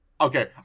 Okay